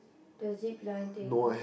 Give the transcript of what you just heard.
the zipline thing